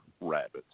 rabbits